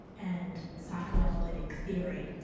and psychoanalytic theory.